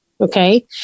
Okay